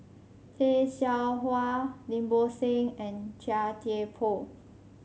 Tay Seow Huah Lim Bo Seng and Chia Thye Poh